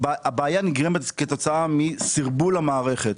הבעיה נגרמת כתוצאה מסרבול המערכת.